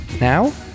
Now